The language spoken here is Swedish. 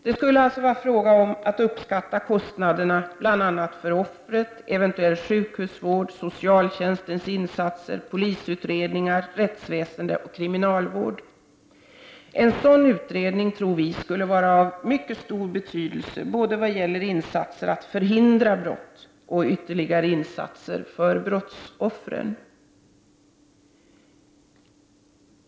Det skulle alltså vara fråga om att uppskatta kostnader för bl.a. offret, eventuell sjukhusvård, socialtjänstens insatser, polisutredning, rättsväsende och kriminalvård. En sådan utredning skulle vara av stor betydelse vad gäller både insatser för att förhindra brott och ytterligare insatser för brottsoffren.